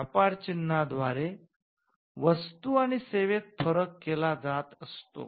व्यापार चिन्हद्वारे वस्तू आणि सेवेत फरक केला जात असतो